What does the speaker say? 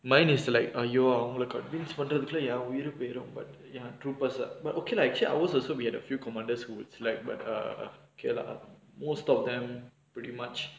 mine is like err !aiyo! அவங்கள:avangala convince பண்றதுகுள்ள என் உயிரு போயிரும்:pandrathukulla en uyiru poyirum but true pulse ah okay lah actually ours so we had a few commanders who is slack but okay lah most of them pretty much